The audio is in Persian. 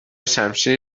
شمشیر